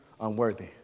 unworthy